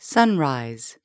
Sunrise